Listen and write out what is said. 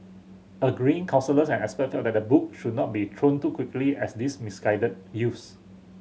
agreeing counsellors and expert felt that the book should not be thrown too quickly at these misguided youths